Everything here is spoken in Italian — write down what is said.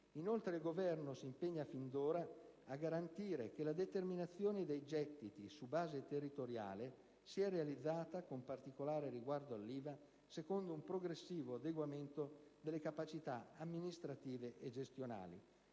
Inoltre, il Governo si impegna fin d'ora a garantire che la determinazione dei gettiti su base territoriale sia realizzata, con particolare riguardo all'IVA, secondo un progressivo adeguamento delle capacità amministrative e gestionali.